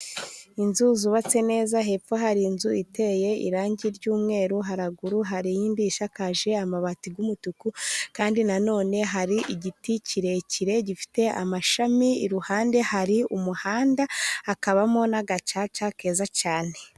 Inzu zubatse neza. Hepfo hari inzu iteye irangi ry'umweru, haraguru hari indi isakaje amabati y'umutuku kandi na none hari igiti kirekire gifite amashami, iruhande hari umuhanda hakabamo n'agacaca keza cyane.